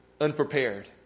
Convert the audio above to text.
unprepared